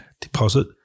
deposit